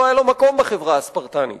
לא היה לו מקום בחברה הספרטנית.